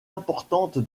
importante